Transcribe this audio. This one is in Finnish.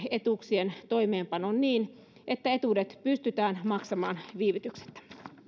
etuuksien toimeenpanon niin että etuudet pystytään maksamaan viivytyksettä